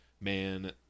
man